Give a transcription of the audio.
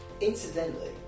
Incidentally